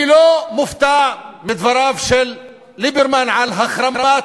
אני לא מופתע מדבריו של ליברמן על החרמת